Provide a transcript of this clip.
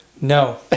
No